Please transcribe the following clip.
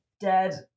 dead